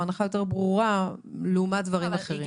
או הנחה יותר ברורה לעומת דברים אחרים.